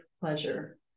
pleasure